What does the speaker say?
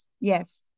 yes